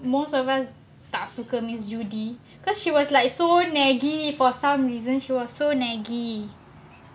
most of us tak suka miss judy because she was like so naggy for some reason she was so naggy